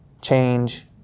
change